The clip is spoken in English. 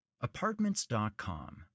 Apartments.com